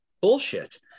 bullshit